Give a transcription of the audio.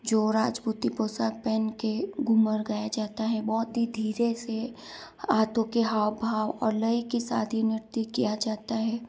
जो राजपूती पोशाक पहन के घूमर गाया जाता है बहुत ही धीरे से हाथों के हाव भाव और लय की साथ ही नृत्य किया जाता है